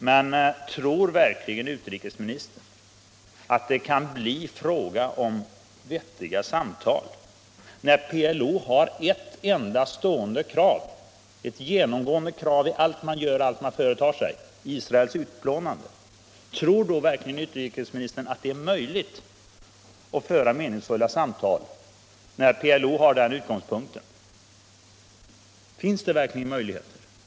Men tror verkligen utrikesministern att det kan bli fråga om några vettiga samtal när PLO har ett enda stående krav — ett genomgående krav i allt PLO företar sig — nämligen Israels utplånande? Tror utrikesministern verkligen att det är möjligt att få till stånd meningsfulla samtal när PLO har den utgångspunkten? Finns det några reella möjligheter att göra det?